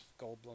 Goldblum